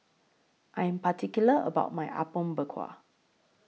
I Am particular about My Apom Berkuah